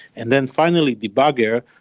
and then finally, debugger,